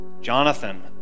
jonathan